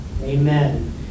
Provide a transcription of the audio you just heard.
Amen